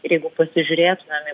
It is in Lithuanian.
ir jeigu pasižiūrėtumėm į